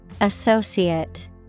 associate